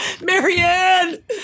Marianne